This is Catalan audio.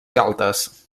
galtes